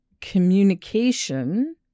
communication